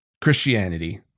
Christianity